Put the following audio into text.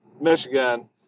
Michigan